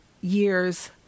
year's